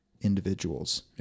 individuals